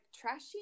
trashy